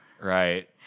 Right